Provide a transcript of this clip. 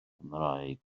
cymraeg